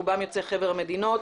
רובם יוצאי חבר המדינות,